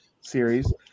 series